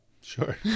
Sure